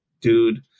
dude